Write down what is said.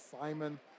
Simon